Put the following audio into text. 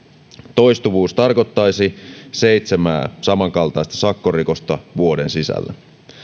toistuvuus tarkoittaisi seitsemää samankaltaista sakkorikosta vuoden sisällä